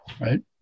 right